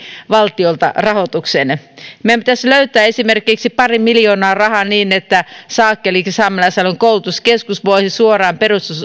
valtiolta rahoituksen meidän pitäisi löytää esimerkiksi pari miljoonaa rahaa niin että sakk elikkä saamelaisalueen koulutuskeskus voisi suoraan